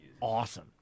awesome